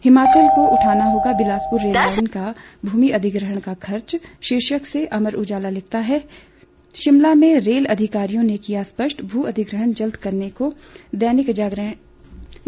हिमाचल को उठाना होगा बिलासपुर रेललाईन के भूमि अधिग्रहण का खर्च शीर्षक से अमर उजाला लिखता है शिमला में रेल अधिकारियों ने किया स्पष्ट भू अधिग्रहण जल्द करने को कहा